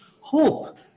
Hope